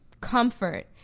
comfort